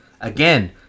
again